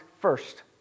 first